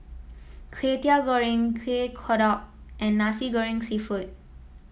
Kway Teow Goreng Kueh Kodok and Nasi Goreng seafood